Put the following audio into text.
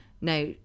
Now